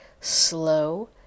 slow